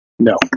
No